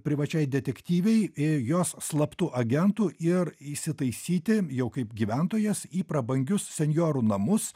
privačiai detektyvei i jos slaptu agentu ir įsitaisyti jau kaip gyventojas į prabangius senjorų namus